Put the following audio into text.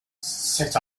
set